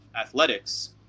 athletics